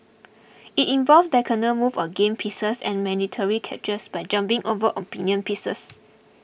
it involves diagonal moves of game pieces and mandatory captures by jumping over opinion pieces